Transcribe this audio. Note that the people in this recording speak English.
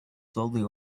slowly